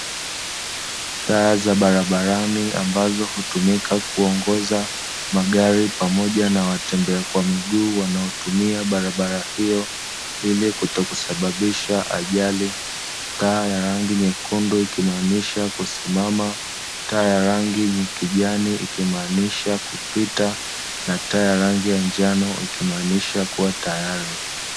Taa za barabarani ambazo hutumika kuongoza magari pamoja na watembea kwa miguu wanaotumia barabarani hiyo ili kutokusababisha ajali. Taa ya rangi nyekundu ikimaanisha kusimaa, taa ya rangi kijani ikimaanisha kupita na taa ya rangi ya njano ikimaanisha kuwa tayari.